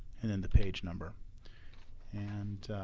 and then the page number and